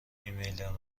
ایمیلم